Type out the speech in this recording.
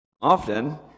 Often